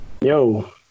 Yo